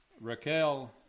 Raquel